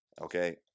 Okay